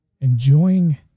enjoying